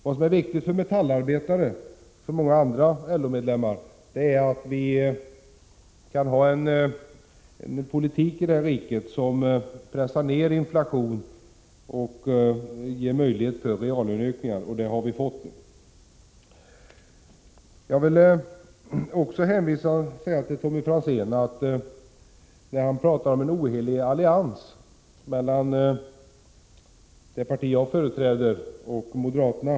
Vad som är viktigt för metallarbetare och för många andra LO-medlemmar är att vi har en politik här i riket som pressar ned inflationen och ger möjlighet till reallöneökningar, och en sådan politik har vi fått. Tommy Franzén talar om en ohelig allians mellan det parti som jag företräder och moderaterna.